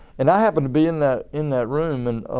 and i happened to be in that in that room and